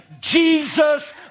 Jesus